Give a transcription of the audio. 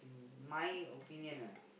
my opinion lah